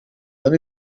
dan